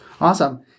awesome